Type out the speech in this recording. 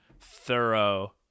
thorough